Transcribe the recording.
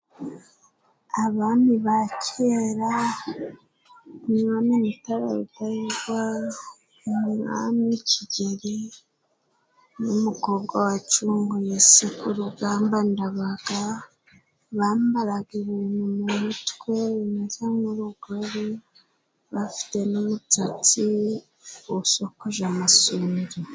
Abami ba kera ni umwami Mutara Rudahigwa, umwami Kigeli n'umukobwa wacunguye se ku rugamba Ndabaga. Bambaraga ibintu mu mutwe bimeze nk'urugori, bafite n'umusatsi usokoje amasunzu.